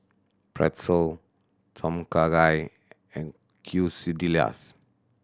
Pretzel Tom Kha Gai and Quesadillas